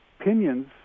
opinions